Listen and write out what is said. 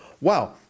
wow